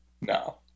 No